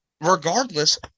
regardless